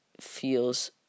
feels